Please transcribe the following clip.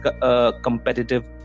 competitive